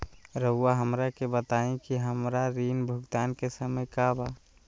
रहुआ हमरा के बताइं कि हमरा ऋण भुगतान के समय का बा?